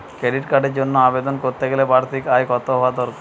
Credit কার্ডের জন্য আবেদন করতে গেলে বার্ষিক আয় কত হওয়া দরকার?